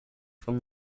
from